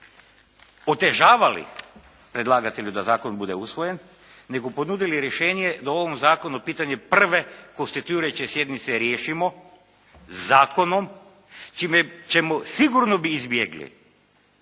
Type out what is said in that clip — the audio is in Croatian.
otežavali predlagatelju da zakon bude usvojen nego ponudili rješenje da o ovom zakonu pitanje prve konstituirajuće sjednice riješimo zakonom čime bi sigurno izbjegli,